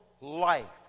life